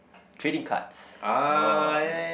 trading cards oh